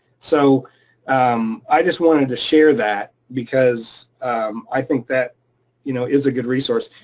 so um i just wanted to share that because i think that you know is a good resource,